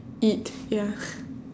eat ya